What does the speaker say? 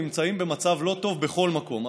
נמצאים במצב לא טוב בכל מקום,